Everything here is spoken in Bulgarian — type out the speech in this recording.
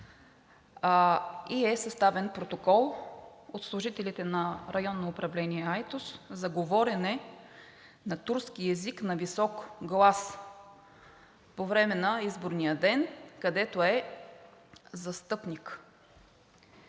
ѝ е съставен протокол от служителите на Районно управление – Айтос, за говорене на турски език на висок глас по време на изборния ден, където е застъпник.